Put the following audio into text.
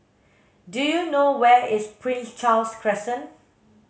do you know where is Prince Charles Crescent